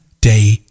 day